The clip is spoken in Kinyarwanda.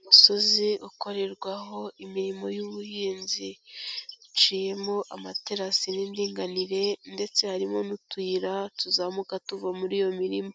Umusozi ukorerwaho imirimo y'ubuhinzi. Haciyemo amaterasi n'indinganire ndetse harimo n'utuyira tuzamuka tuva muri iyo mirima.